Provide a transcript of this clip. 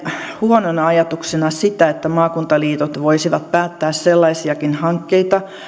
huonona ajatuksena sitä että maakuntaliitot voisivat päättää sellaisiakin hankkeita